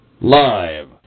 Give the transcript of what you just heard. Live